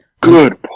Good